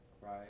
Right